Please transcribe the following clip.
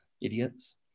idiots